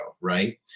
right